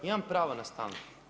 Imam pravo na stanku.